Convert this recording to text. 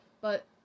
but-